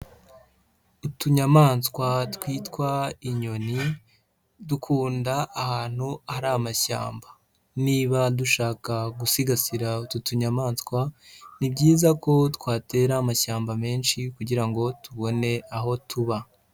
Utunyamaswa twitwa inyoni, dukunda ahantu hari amashyamba. Niba dushaka gusigasira utu tunyamaswa, ni byiza ko twatera amashyamba menshi kugira ngo tubone aho tuba.